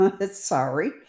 sorry